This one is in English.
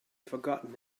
forgotten